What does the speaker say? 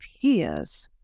peers